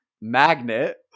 Magnet